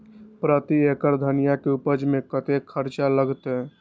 प्रति एकड़ धनिया के उपज में कतेक खर्चा लगते?